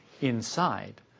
inside